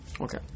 Okay